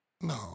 No